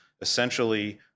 essentially